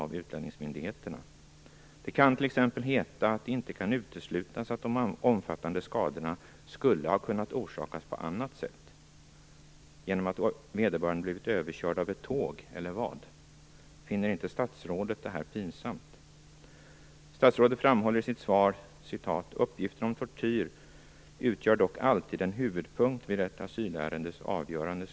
Det kan t.ex. heta att det inte kan uteslutas att de omfattande skadorna skulle ha kunnat orsakas på annat sätt - genom att vederbörande blivit överkörd av ett tåg, eller vad? Finner inte statsrådet detta pinsamt? Statsrådet framhåller i det skrivna svaret att uppgiften om tortyr dock alltid utgör en huvudpunkt vid ett asylärendes avgörande.